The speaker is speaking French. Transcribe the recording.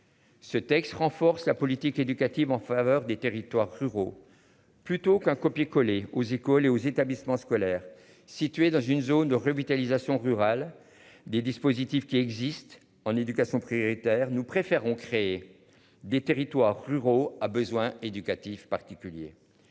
Ce texte renforce la politique éducative en faveur des territoires ruraux plutôt qu'un copier/coller aux écoles et aux établissements scolaires situés dans une zone de revitalisation rurale des dispositifs qui existent en éducation prioritaire nous préférons créer. Des territoires ruraux à besoins éducatifs particuliers.